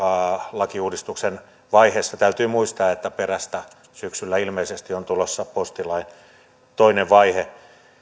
lakiuudistuksen vaiheessa täytyy muistaa että perästä syksyllä ilmeisesti on tulossa postilain toinen vaihe